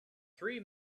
three